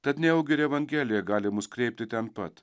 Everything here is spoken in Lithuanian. tad nejaugi ir evangelija gali mus kreipti ten pat